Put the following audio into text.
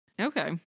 Okay